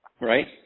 Right